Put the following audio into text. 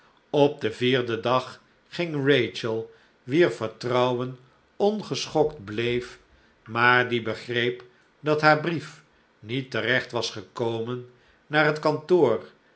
op den vierden dag ging rachel wier vertrouwen ongeschokt bleef maar die begreep dat haar brief niet terecht was gekomen naar het kantoor